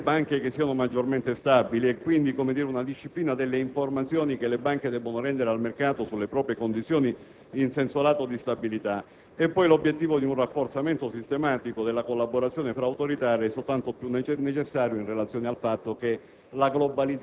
preferiscano banche che siano maggiormente stabili. Si prevede dunque una disciplina delle informazioni che le banche devono rendere al mercato sulle proprie condizioni di stabilità in senso lato, che è poi l'obiettivo di un rafforzamento sistematico della collaborazione tra Autorità, necessario in relazione al fatto che